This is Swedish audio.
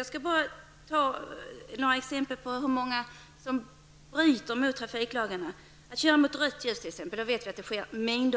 Jag skall ta upp några exempel på hur många det är som bryter mot trafiklagarna. Det sker många svåra olyckor när man kör